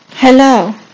Hello